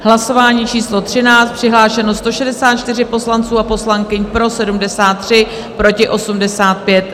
Hlasování číslo 13, přihlášeno 164 poslanců a poslankyň, pro 73, proti 85.